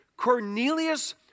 Cornelius